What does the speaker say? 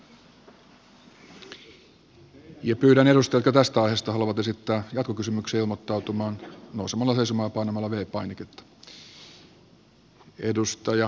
pyydän edustajia jotka tästä aiheesta haluavat esittää jatkokysymyksen ilmoittautumaan nousemalla seisomaan ja painamalla v painiketta